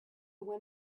when